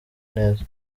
neza